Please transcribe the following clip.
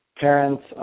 Parents